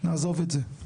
נעזוב את זה.